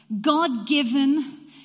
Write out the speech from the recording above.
God-given